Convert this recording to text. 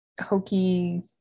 hokey